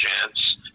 chance